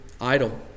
idle